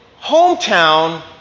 hometown